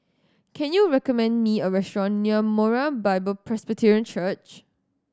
can you recommend me a restaurant near Moriah Bible Presby Church